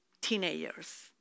teenagers